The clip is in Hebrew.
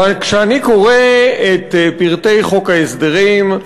וכשאני קורא את פרטי חוק ההסדרים,